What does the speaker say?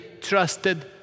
trusted